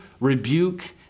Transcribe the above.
rebuke